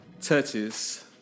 touches